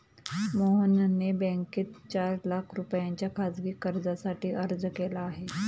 मोहनने बँकेत चार लाख रुपयांच्या खासगी कर्जासाठी अर्ज केला आहे